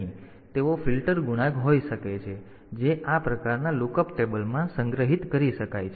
તેથી તેઓ ફિલ્ટર ગુણાંક હોઈ શકે છે જે આ પ્રકારના લુકઅપ કોષ્ટકમાં સંગ્રહિત કરી શકાય છે